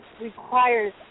requires